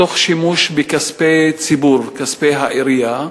תוך שימוש בכספי ציבור, כספי העירייה,